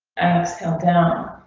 alex come down.